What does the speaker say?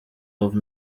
love